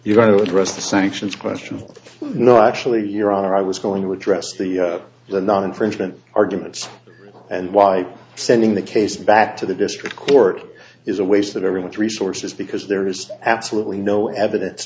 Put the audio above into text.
you going to address the sanctions question no actually your honor i was going to address the the non infringement arguments and why sending the case back to the district court is a waste of everyone's resources because there is absolutely no evidence